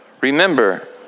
Remember